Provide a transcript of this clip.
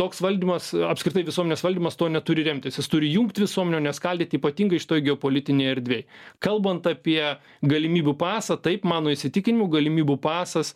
toks valdymas apskritai visuomenės valdymas tuo neturi remtis jis turi jungt visuomenę o ne skaldyt ypatingai šitoj geopolitinėj erdvėj kalbant apie galimybių pasą taip mano įsitikinimu galimybių pasas